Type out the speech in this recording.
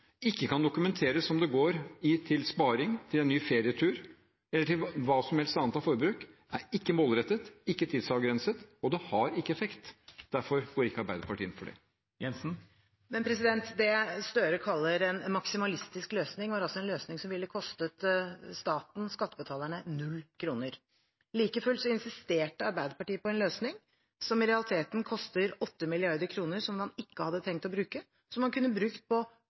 ikke kan dokumentere om pengene går til sparing, en ny ferietur eller til hva som helst annet av forbruk, er ikke målrettet, ikke tidsavgrenset, og det har ikke effekt. Derfor går ikke Arbeiderpartiet inn for det. Det som Gahr Støre kaller en maksimalistisk løsning, var en løsning som ville kostet staten – skattebetalerne – null kroner. Like fullt insisterte Arbeiderpartiet på en løsning som i realiteten koster 8 mrd. kr. Penger man ikke hadde trengt å bruke, og som man kunne ha brukt på